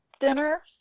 Dinner